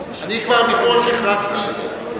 אני כבר מראש הכרזתי.